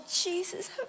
Jesus